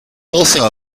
also